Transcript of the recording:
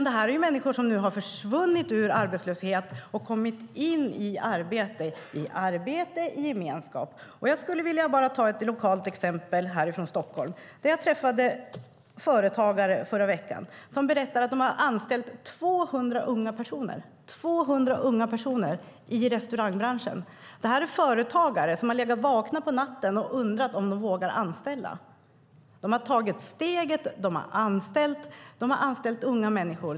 Detta är människor som nu har försvunnit ur arbetslöshet och kommit in i arbete - i arbete och i gemenskap. Jag skulle bara vilja ta ett lokalt exempel härifrån Stockholm. Jag träffade förra veckan företagare som berättade att de har anställt 200 unga personer i restaurangbranschen. Det är företagare som har legat vakna på natten och undrat om de vågar anställa. De har tagit steget, och de har anställt. De har anställt unga människor.